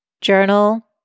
journal